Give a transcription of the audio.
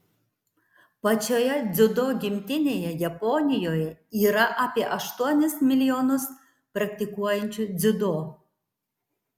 pačioje dziudo gimtinėje japonijoje yra apie aštuonis milijonus praktikuojančiųjų dziudo